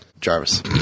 Jarvis